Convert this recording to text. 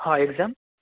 હા એક્ઝામ